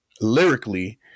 lyrically